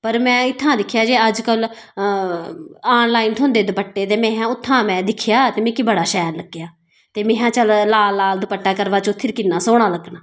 पर में इत्थां दिक्खेआ जे अजकल आन लाइन थ्होंदे दुपट्टे ते में उत्थां दा में दिक्खेआ मिकी बड़ा शैल लग्गेआ ते मे है चल लाल दपटा करबा चौथी र किन्ना सोहना लग्गना